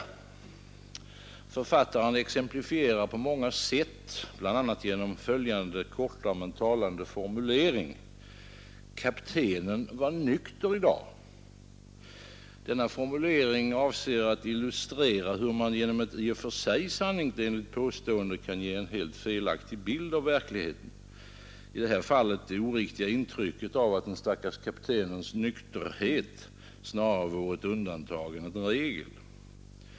Författaren exemplifierar där på många sätt, bl.a. med följande korta men talande formulering: Kaptenen var nykter i dag. Denna formulering avser att illustrera hur man genom ett i och för sig sanningsenligt påstående kan ge en helt felaktig bild av verkligheten, i detta fall det oriktiga intrycket att den stackars kaptenens nykterhet snarare var undantag än regel.